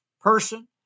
person